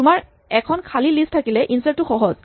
তোমাৰ এখন খালী লিষ্ট থাকিলে ইনচাৰ্ট টো সহজ